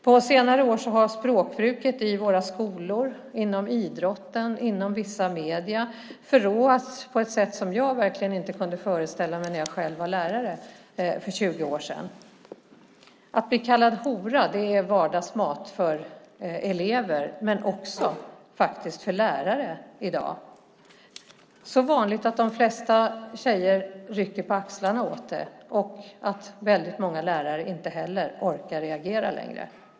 På senare år har språkbruket i våra skolor, inom idrotten och inom vissa medier förråats på ett sätt som jag verkligen inte kunde föreställa mig när jag själv var lärare för 20 år sedan. Att bli kallad hora är vardagsmat för elever och för lärare i dag. Det är så vanligt att de flesta tjejer rycker på axlarna åt det, och många lärare orkar inte reagera längre.